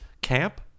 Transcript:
camp